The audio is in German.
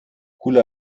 kuala